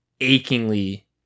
achingly